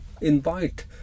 invite